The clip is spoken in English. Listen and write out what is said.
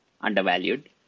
undervalued